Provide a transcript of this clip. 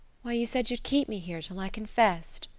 why, you said you'd keep me here until i confessed,